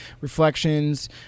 reflections